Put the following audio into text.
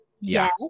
Yes